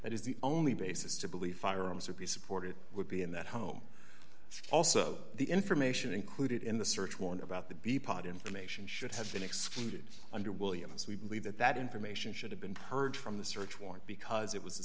the only basis to believe firearms or be supported would be in that home also the information included in the search warrant about the b pod information should have been excluded under williams we believe that that information should have been purged from the search warrant because it was the